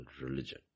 religion